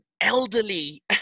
Elderly